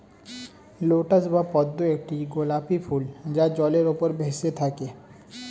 lotus বা পদ্ম একটি গোলাপী ফুল যা জলের উপর ভেসে থাকে